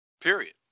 Period